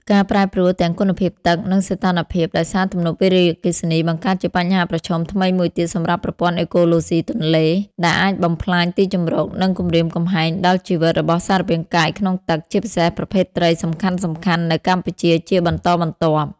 ការប្រែប្រួលទាំងគុណភាពទឹក និងសីតុណ្ហភាពដោយសារទំនប់វារីអគ្គិសនី បង្កើតជាបញ្ហាប្រឈមថ្មីមួយទៀតសម្រាប់ប្រព័ន្ធអេកូឡូស៊ីទន្លេ ដែលអាចបំផ្លាញទីជម្រក និងគំរាមកំហែងដល់ជីវិតរបស់សារពាង្គកាយក្នុងទឹក ជាពិសេសប្រភេទត្រីសំខាន់ៗនៅកម្ពុជាជាបន្តបន្ទាប់។